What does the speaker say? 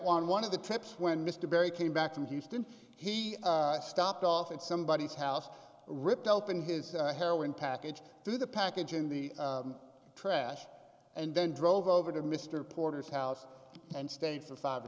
on one of the trips when mr barry came back from houston he stopped off at somebody's house ripped open his hair when packaged through the package in the trash and then drove over to mr porter's house and stayed for five or